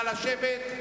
נא לשבת.